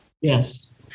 Yes